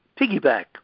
Piggyback